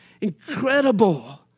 incredible